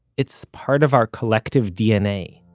it's part of our collective dna